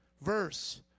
verse